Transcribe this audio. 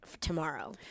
tomorrow